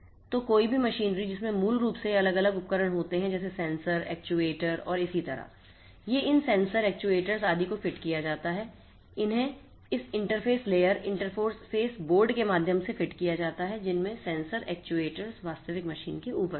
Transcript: तो कोई भी मशीनरी जिसमें मूल रूप से ये अलग अलग उपकरण होते हैं जैसे सेंसर एक्ट्यूएटर और इसी तरह ये इन सेंसरों एक्ट्यूएटर्स आदि को फिट किया जाता है इन्हें इस इंटरफ़ेस लेयर इंटरफ़ेस बोर्ड के माध्यम से फिट किया जाता है जिनमें सेंसर एक्ट्यूएटर्स वास्तविक मशीन के ऊपर होते हैं